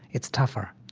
it's tougher.